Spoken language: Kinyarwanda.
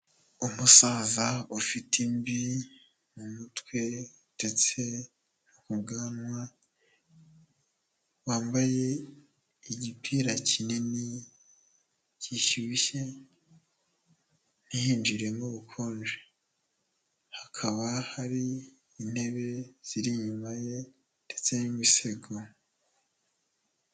Umusaza ufite imvi mu mutwe ndetse n'ubwanwa, wambaye igipira kinini gishyushye, ntihinjiremo ubukonje. Hakaba hari intebe ziri inyuma ye ndetse n'imisego.